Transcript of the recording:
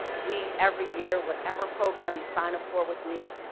we, every year, whatever program you sign up for with me,